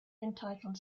entitled